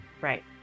right